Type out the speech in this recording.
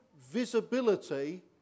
visibility